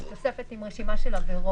--- תוספת עם רשימה של עבירות.